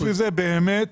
חוץ מזה, באמת